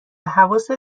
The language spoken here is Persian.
حواست